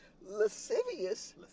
Lascivious